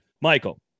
Michael